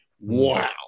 Wow